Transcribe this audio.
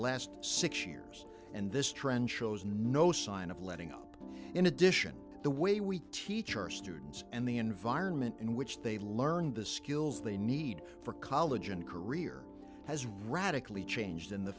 last six years and this trend shows no sign of letting up in addition to the way we teach our students and the environment in which they learned the skills they need for college and career has radically changed